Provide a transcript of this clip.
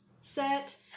set